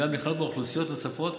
וגם נכללות בו אוכלוסיות נוספות,